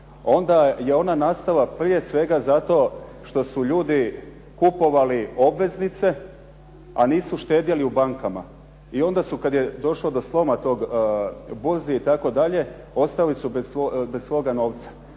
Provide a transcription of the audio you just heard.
onda je ona nastala prije svega zato što su ljudi kupovali obveznice, a nisu štedjeli u bankama. I onda su kad je došlo do sloma tog burzi itd. ostali su bez svoga novca.